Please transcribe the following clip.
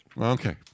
Okay